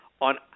on